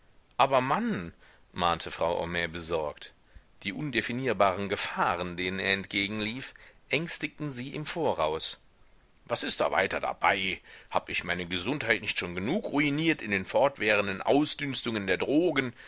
aber mann mahnte frau homais besorgt die undefinierbaren gefahren denen er entgegenlief ängstigten sie im voraus was ist da weiter dabei hab ich meine gesundheit nicht schon genug ruiniert in den fortwährenden ausdünstungen der drogen